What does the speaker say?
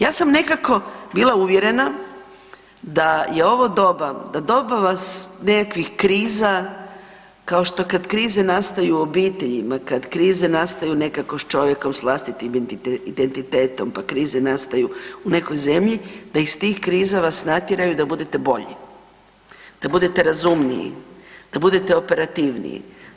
Ja sam nekako bila uvjerena da je ovo doba, da doba vas nekakvih kriza kao što kad krize nastaju u obiteljima, kad krize nekako nastaju s čovjekom s vlastitom identitetom, pa krize nastaju u nekoj zemlji, da iz tih kriza vas natjeraju da budete bolji, da budete razumniji, da budete operativniji.